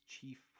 chief